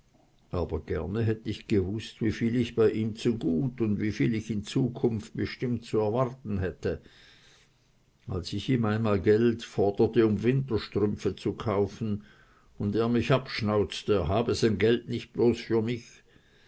aber gerne hätte ich gewußt wie viel ich bei ihm zu gut und wie viel ich in zukunft bestimmt zu erwarten hätte als ich ihm einmal geld forderte um winterstrümpfe zu kaufen und er mich abschnauzte er habe sein geld nicht bloß für mich